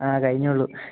ആ കഴിഞ്ഞേയുള്ളൂ